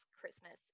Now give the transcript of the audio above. Christmas